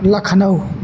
Lucknow